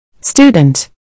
Student